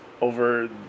over